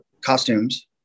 costumes